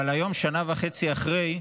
אבל היום, שנה וחצי אחרי,